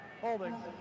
Holding